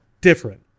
different